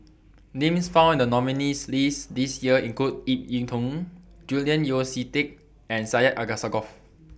Names found in The nominees' list This Year include Ip Yiu Tung Julian Yeo See Teck and Syed Alsagoff